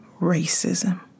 racism